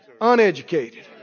uneducated